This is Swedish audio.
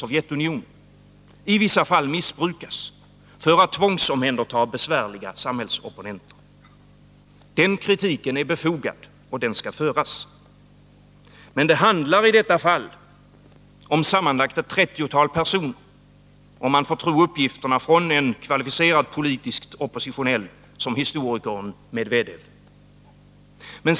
Sovjetunionen i vissa fall missbrukas vid tvångsomhändertagandet av besvärliga samhällsopponenter. Den kritiken är befogad, och den skall föras fram. Men det handlar i detta fall om sammanlagt ett 30-tal personer, om man får tro uppgifterna från en kvalificerad politiskt oppositionell, historikern Roy Medvedev.